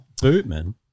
Bootman